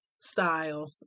style